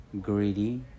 greedy